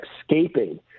escaping